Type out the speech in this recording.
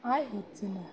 আয় হচ্ছে না